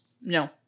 no